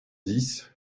dix